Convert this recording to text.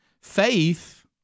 faith